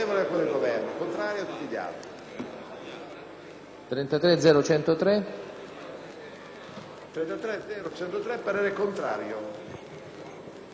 il parere contrario